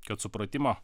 kad supratimo